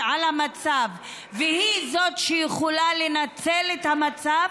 על המצב והיא זאת שיכולה לנצל את המצב,